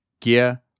gear